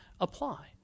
apply